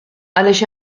għaliex